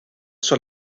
sur